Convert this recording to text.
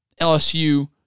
LSU